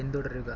പിന്തുടരുക